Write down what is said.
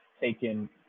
taken